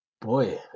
Boy